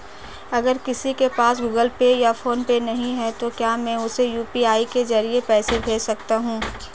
अगर किसी के पास गूगल पे या फोनपे नहीं है तो क्या मैं उसे यू.पी.आई के ज़रिए पैसे भेज सकता हूं?